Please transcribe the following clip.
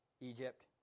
Egypt